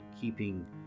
keeping